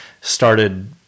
started